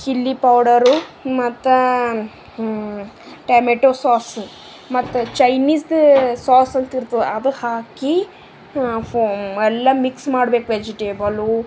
chilli powder ಮತ್ತು tomato sauce ಮತ್ತು ಚೈನೀಸ್ದು ಸಾಸು ಅಂತಿರ್ತದೆ ಅದು ಹಾಕಿ ಫ ಎಲ್ಲ ಮಿಕ್ಸ್ ಮಾಡ್ಬೇಕು ವೆಜಿಟೇಬಲು